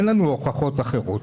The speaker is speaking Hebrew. אין לנו הוכחות אחרות.